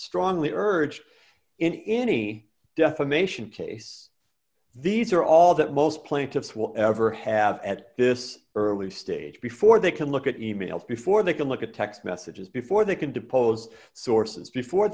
strongly urged in any defamation case these are all that most plaintiffs will ever have at this early stage before they can look at e mails before they can look at text messages before they can depose sources before